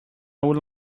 would